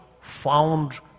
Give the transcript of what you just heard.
found